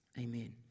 Amen